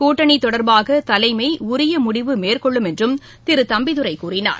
கூட்டணி தொடர்பாக தலைமை உரிய முடிவு மேற்கொள்ளும் என்றும் திரு தம்பிதுரை கூறினார்